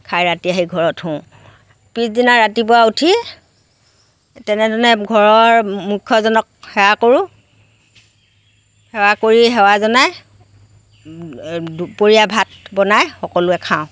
খাই ৰাতি আহি ঘৰত শুওঁ পিছদিনা ৰাতিপুৱা উঠি তেনেধৰণে ঘৰৰ মুখ্যজনক সেৱা কৰোঁ সেৱা কৰি সেৱা জনাই দুপৰীয়া ভাত বনাই সকলোৱে খাওঁ